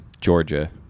georgia